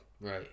Right